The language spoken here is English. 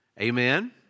Amen